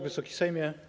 Wysoki Sejmie!